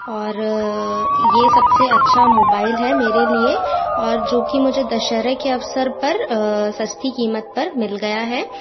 और ये सबसे अच्छा मोबाइल है मेरे लिए और जो कि मुझे दशहरा के अवसर पर सस्ती कीमत पर मिल गया है